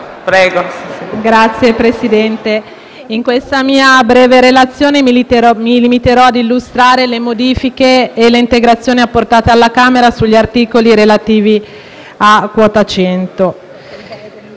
Signor Presidente, in questa mia breve relazione mi limiterò a illustrare le modifiche e le integrazioni apportate alla Camera sugli articoli relativi a quota 100.